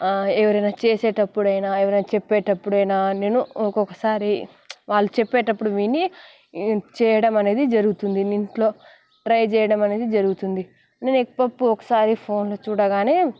ఎవరైనా చేసేటప్పుడైనా ఎవరైనా చెప్పేటప్పుడైనా నేను ఒక్కొక్కసారి వాళ్ళు చెప్పేటప్పుడు విని చేయడం అనేది జరుగుతుంది నేను ఇంట్లో ట్రై చేయడం అనేది జరుగుతుంది నేను ఎగ్ పప్పు ఒకసారి ఫోన్లో చూడగానే